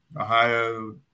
Ohio –